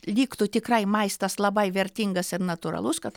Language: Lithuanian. vyktų tikrai maistas labai vertingas ir natūralus kad